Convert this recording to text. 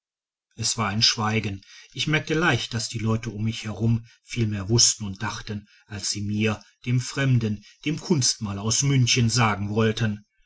es war ein schweigen ich merkte leicht daß die leute um mich herum viel mehr wußten und dachten als sie mir dem fremden dem kunstmaler aus münchen sagen wollten